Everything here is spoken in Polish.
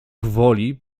gwoli